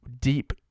deep